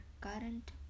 current